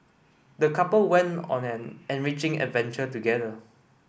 the couple went on an enriching adventure together